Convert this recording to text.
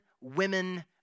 women